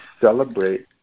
celebrate